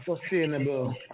sustainable